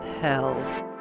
hell